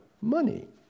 money